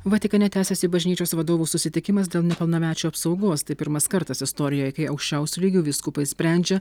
vatikane tęsiasi bažnyčios vadovų susitikimas dėl nepilnamečių apsaugos tai pirmas kartas istorijoj kai aukščiausiu lygiu vyskupai sprendžia